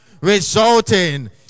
resulting